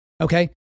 okay